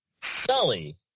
Sully